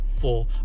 four